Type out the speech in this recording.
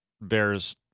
Bears